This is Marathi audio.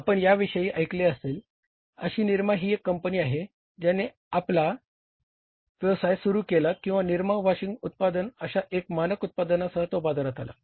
आपण याविषयी ऐकले असेलच अशी निरमा ही एक कंपनी आहे ज्याने आपला व्यवसाय सुरू केला किंवा निरमा वॉशिंग उत्पादन अशा एका मानक उत्पादनासह तो बाजारात आला